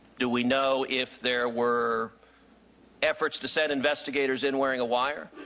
do we know if there were efforts to send investigators in wearing a wire?